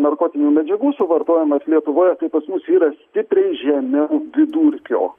narkotinių medžiagų suvartojimas lietuvoje tai pas mus yra stipriai žemiau vidurkio